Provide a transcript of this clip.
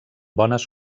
bones